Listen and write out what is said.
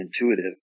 intuitive